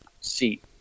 seat